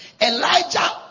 Elijah